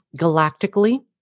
galactically